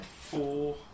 four